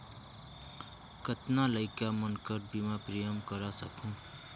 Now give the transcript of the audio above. कतना लइका मन कर बीमा प्रीमियम करा सकहुं?